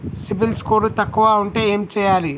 CIBIL score తక్కువ ఉంటే ఏం చేయాలి?